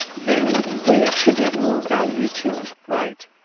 then we attribute more value to it. right.